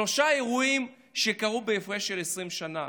שלושה אירועים שקרו בהפרש של 20 שנה: